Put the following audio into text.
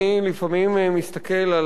אני לפעמים מסתכל על